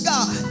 God